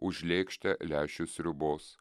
už lėkštę lęšių sriubos